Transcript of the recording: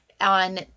on